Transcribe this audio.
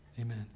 Amen